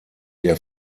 der